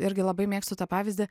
irgi labai mėgstu tą pavyzdį